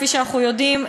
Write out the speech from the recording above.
כפי אנחנו יודעים,